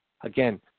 Again